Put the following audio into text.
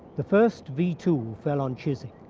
the first v two fell on chiswick.